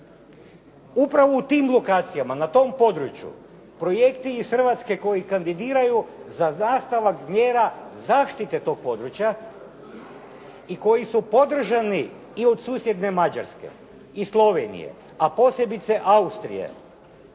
Upravo u tim lokacijama na tom području projekti iz Hrvatske koji kandidiraju za … /Govornik se ne razumije./ … mjera zaštite tog područja i koji su podržani i od susjedne Mađarske i Slovenije, a posebice Austrije.